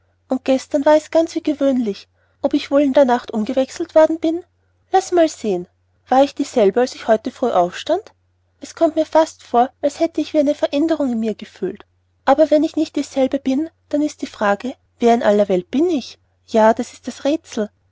und gestern war es ganz wie gewöhnlich ob ich wohl in der nacht umgewechselt worden bin laß mal sehen war ich dieselbe als ich heute früh aufstand es kommt mir fast vor als hätte ich wie eine veränderung in mir gefühlt aber wenn ich nicht dieselbe bin dann ist die frage wer in aller welt bin ich ja das ist das räthsel